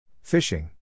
Fishing